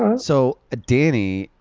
um so ah danny,